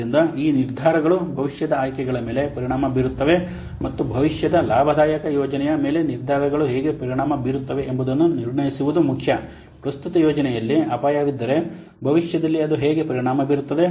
ಆದ್ದರಿಂದ ಈ ನಿರ್ಧಾರಗಳು ಭವಿಷ್ಯದ ಆಯ್ಕೆಗಳ ಮೇಲೆ ಪರಿಣಾಮ ಬೀರುತ್ತವೆ ಮತ್ತು ಭವಿಷ್ಯದ ಲಾಭದಾಯಕ ಯೋಜನೆಯ ಮೇಲೆ ನಿರ್ಧಾರಗಳು ಹೇಗೆ ಪರಿಣಾಮ ಬೀರುತ್ತವೆ ಎಂಬುದನ್ನು ನಿರ್ಣಯಿಸುವುದು ಮುಖ್ಯ ಪ್ರಸ್ತುತ ಯೋಜನೆಯಲ್ಲಿ ಅಪಾಯವಿದ್ದರೆ ಭವಿಷ್ಯದಲ್ಲಿ ಅದು ಹೇಗೆ ಪರಿಣಾಮ ಬೀರುತ್ತದೆ